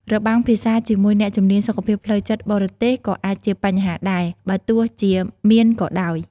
របាំងភាសាជាមួយអ្នកជំនាញសុខភាពផ្លូវចិត្តបរទេសក៏អាចជាបញ្ហាដែរ បើទោះជាមានក៏ដោយ។